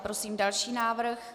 Prosím další návrh.